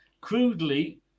crudely